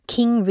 King